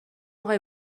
آقای